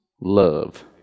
love